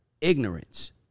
ignorance